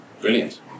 Brilliant